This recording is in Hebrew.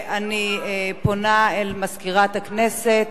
אני פונה אל מזכירת הכנסת